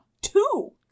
two